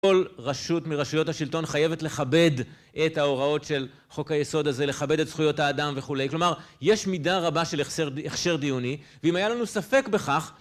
כל רשות מרשויות השלטון חייבת לכבד את ההוראות של חוק היסוד הזה, לכבד את זכויות האדם וכו', כלומר, יש מידה רבה של הכשר דיוני, ואם היה לנו ספק בכך,